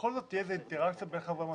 שבכל זאת תהיה איזו אינטראקציה בין חברי המועצה.